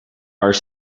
are